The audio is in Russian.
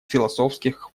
философских